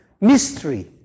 mystery